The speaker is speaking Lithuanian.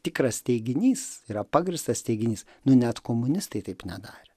tikras teiginys yra pagrįstas teiginys nu net komunistai taip nedarė